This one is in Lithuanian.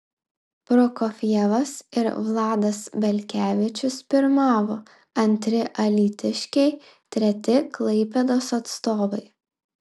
prokofjevas ir vladas belkevičius pirmavo antri alytiškiai treti klaipėdos atstovai